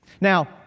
Now